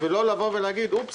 ולא להגיד: אופס,